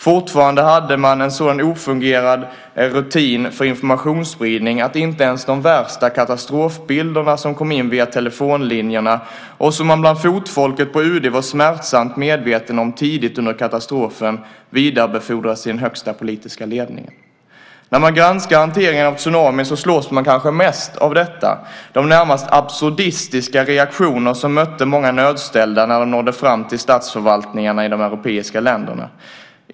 Fortfarande hade man en så illa fungerande rutin för informationsspridning att inte ens de värsta katastrofbilderna som kom in via telefonlinjerna och som man bland fotfolket på UD var smärtsamt medveten om tidigt under katastrofen vidarebefordrades till den högsta politiska ledningen. När man granskar hanteringen av tsunamin slås man kanske mest av detta, de närmast absurda reaktioner som mötte många nödställda när de nådde fram till statsförvaltningarna i de europeiska länderna.